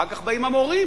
אחר כך באים המורים,